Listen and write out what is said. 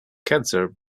cancer